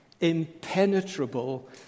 impenetrable